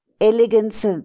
elegance